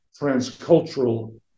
transcultural